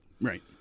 Right